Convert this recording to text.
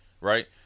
Right